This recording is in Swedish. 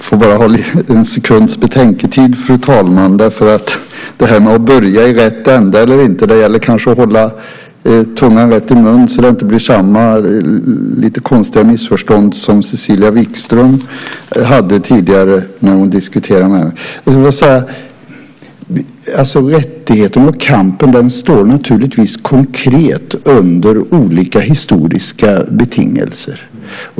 Fru talman! Jag måste ha en sekunds betänketid om detta med att börja i rätt ända eller inte. Det gäller kanske att hålla tungan rätt i mun så att det inte blir samma lite konstiga missförstånd som det blev tidigare när Cecilia Wikström diskuterade med mig. Rättigheten och kampen står naturligtvis konkret under olika historiska betingelser.